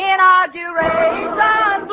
Inauguration